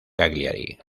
cagliari